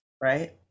right